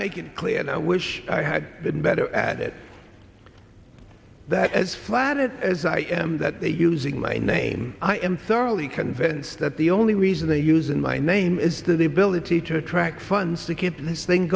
make it clear and i wish i had been better at it that as flatted as i am that they using my name i am thoroughly convinced that the only reason they use in my name is the ability to attract funds to keep this thing